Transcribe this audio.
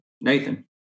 Nathan